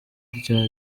rya